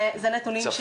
צפוי.